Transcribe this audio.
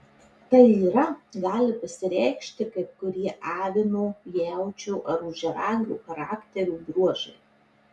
tai yra gali pasireikšti kai kurie avino jaučio ar ožiaragio charakterio bruožai